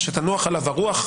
כשתנוח עליו הרוח,